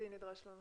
נדרש לו.